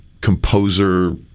composer